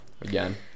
again